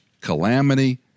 calamity